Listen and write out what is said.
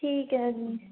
ਠੀਕ ਹੈ ਜੀ